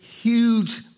huge